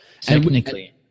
Technically